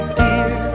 dear